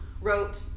wrote